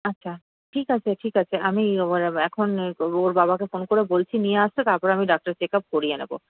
আচ্ছা ঠিক আছে ঠিক আছে আমি এখন ওর বাবাকে ফোন করে বলছি নিয়ে আসতে তারপর আমি ডাক্তার চেক আপ করিয়ে নেবো